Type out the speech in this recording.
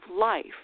life